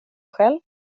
själv